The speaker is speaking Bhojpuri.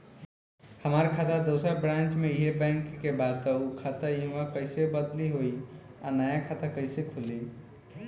हमार खाता दोसर ब्रांच में इहे बैंक के बा त उ खाता इहवा कइसे बदली होई आ नया खाता कइसे खुली?